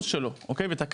לציין את הסיבה אגב,